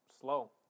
slow